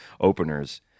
openers